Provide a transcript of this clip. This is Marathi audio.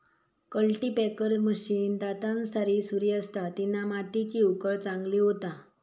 कल्टीपॅकर मशीन दातांसारी सुरी असता तिना मातीची उकळ चांगली होता